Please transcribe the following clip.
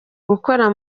gukora